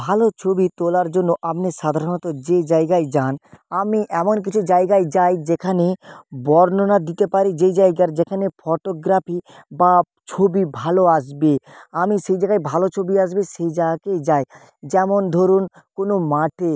ভালো ছবি তোলার জন্য আপনি সাধারণত যে জায়গায় যান আমি এমন কিছু জায়গায় যাই যেখানে বর্ণনা দিতে পারি যে জায়গার যেখানে ফটোগ্রাফি বা ছবি ভালো আসবে আমি সেই জায়গায় ভালো ছবি আসবে সেই জায়গাতেই যাই যেমন ধরুন কোনও মাঠে